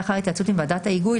לאחר התייעצות עם ועדת ההיגוי,